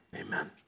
amen